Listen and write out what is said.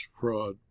fraud